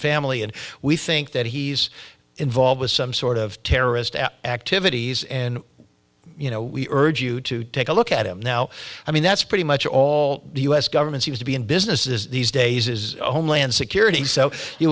family and we think that he's involved with some sort of terrorist activities and you know we urge you to take a look at him now i mean that's pretty much all the u s government seems to be in business is these days is homeland security so you